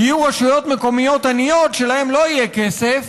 יהיו רשויות מקומיות עניות שלהן לא יהיה כסף